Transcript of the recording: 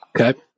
Okay